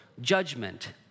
judgment